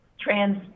trans